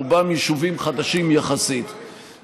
רובם יישובים חדשים יחסית.